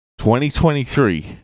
2023